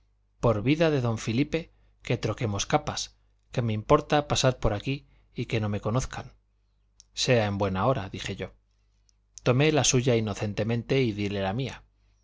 por vida de don filipe que troquemos capas que me importa pasar por aquí y que no me conozcan sea en buen hora dije yo tomé la suya inocentemente y dile la mía